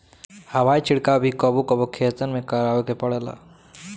हवाई छिड़काव भी कबो कबो खेतन में करावे के पड़ेला